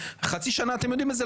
חצי שנה אתם יודעים מזה.